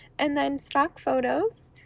and then stock photos.